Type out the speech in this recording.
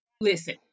Listen